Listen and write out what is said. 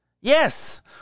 Yes